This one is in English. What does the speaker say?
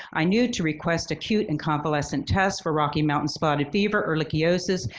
i knew to request acute and convalescent test for rocky mountain spotted fever, ehrlichiosis,